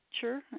sure